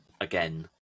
again